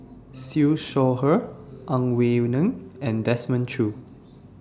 Siew Shaw Her Ang Wei Neng and Desmond Choo